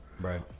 right